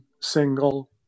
single